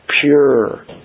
Pure